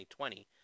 2020